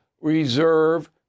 reserve